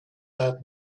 that